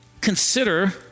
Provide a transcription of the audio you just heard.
consider